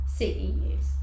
CEUs